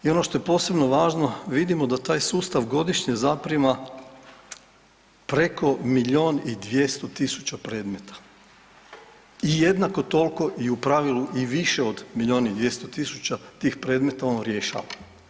I ono što je posebno važno vidimo da taj sustav godišnje zaprima preko milijon i 200 tisuća predmeta i jednako tolko i u pravilu i više od milijon i 200 tisuća tih predmeta on rješava.